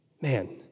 Man